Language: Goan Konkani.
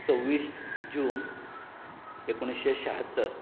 सव्वीस जून एकोणिशें शहात्तर